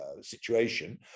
situation